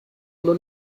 oder